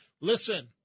Listen